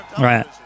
Right